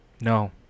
No